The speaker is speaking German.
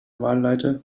wahlleiter